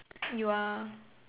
you are